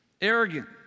Arrogant